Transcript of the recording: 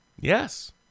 Yes